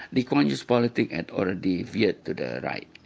lee kuan yew's politics had already veered to the right.